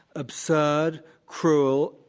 absurd, cruel,